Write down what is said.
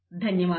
ధన్యవాదాలు